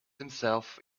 themselves